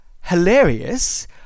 hilarious